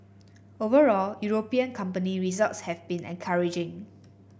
overall European company results have been encouraging